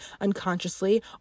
unconsciously